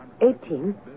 Eighteen